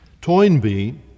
Toynbee